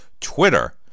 Twitter